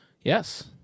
yes